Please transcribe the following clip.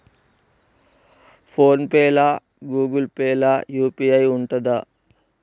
Phone pay లా Google Pay లా UPI ఉంటదా?